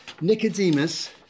Nicodemus